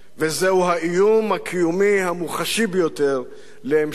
וזהו האיום הקיומי המוחשי ביותר על המשך